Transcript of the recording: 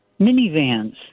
minivans